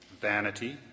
vanity